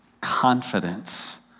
confidence